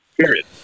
Period